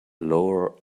lower